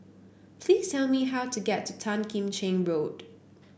please tell me how to get to Tan Kim Cheng Road